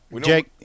Jake